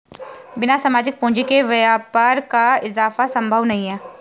बिना सामाजिक पूंजी के व्यापार का इजाफा संभव नहीं है